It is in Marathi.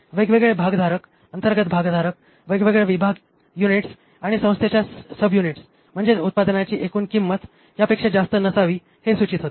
वेगवेगळे भागधारक अंतर्गत भागधारक वेगवेगळे विभाग युनिट्स आणि संस्थेच्या सबयूनिट म्हणजे उत्पादनाची एकूण किंमत यापेक्षा जास्त नसावी हे सूचित होते